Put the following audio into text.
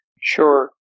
Sure